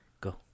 Go